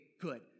good